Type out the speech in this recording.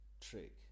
trick